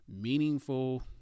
meaningful